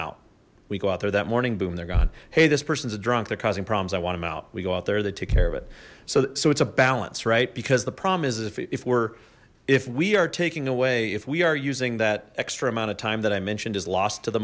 out we go out there that morning boom they're gone hey this person's a drunk they're causing problems i want them out we go out there they take care of it so it's a balance right because the problem is if we're if we are taking away if we are using that extra amount of time that i mentioned is lost to the